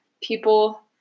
people